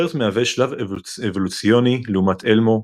BERT מהווה שלב אבולוציוני לעומת ELMo ,